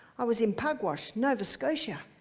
i was in pugwash, nova scotia,